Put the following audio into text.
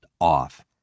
off